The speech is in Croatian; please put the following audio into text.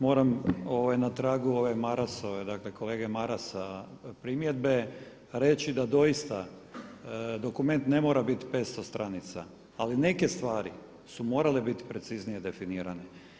Moram na tragu ove Marasove, dakle kolege Marasa primjedbe reći da doista dokument ne mora biti 500 stranica ali neke stvari su morale biti preciznije definirane.